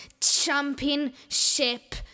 championship